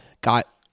got